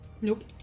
Nope